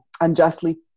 unjustly